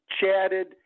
chatted